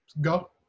go